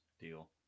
deal